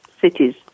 cities